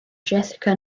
jessica